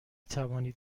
توانید